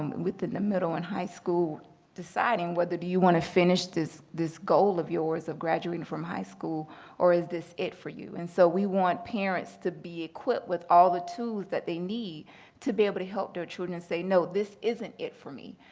um within the middle and high school deciding whether do you want to finish this this goal of yours of graduating from high school or is this it for you? and so we want parents to be equipped with all the tools that they need to be able to help their children and say, no, this isn't it for me.